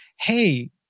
hey